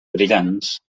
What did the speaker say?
brillants